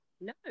no